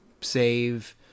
save